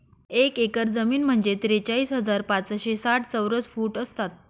एक एकर जमीन म्हणजे त्रेचाळीस हजार पाचशे साठ चौरस फूट असतात